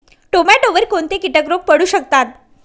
टोमॅटोवर कोणते किटक रोग पडू शकतात?